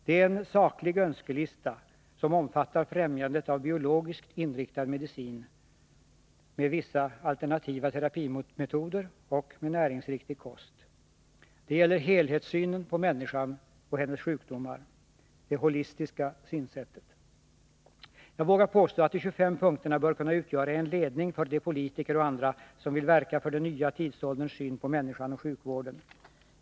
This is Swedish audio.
Det är en saklig önskelista, som omfattar främjandet av biologiskt inriktad medicin med vissa alternativa terapimetoder och näringsriktig kost. Det gäller helhetssynen på människan och hennes sjukdomar — det holistiska synsättet. Jag vågar påstå att de 25 punkterna bör kunna utgöra en ledning för de politiker och andra som vill verka för den nya tidsålderns syn på människan och sjukvården.